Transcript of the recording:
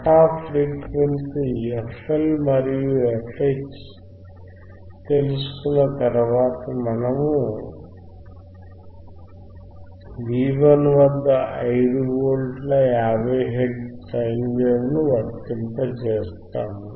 cut off frequency fL మరియు fH తెలుసుకున్న తర్వాత మనము V1 వద్ద 5V 50 హెర్ట్జ్ సైన్ వేవ్ను వర్తింపజేస్తాము